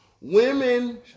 women